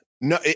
no